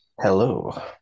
Hello